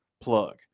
plug